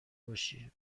باشی